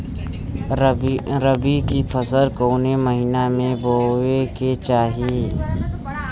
रबी की फसल कौने महिना में बोवे के चाही?